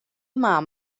mam